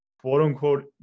quote-unquote